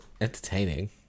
entertaining